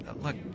Look